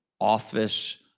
office